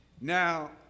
Now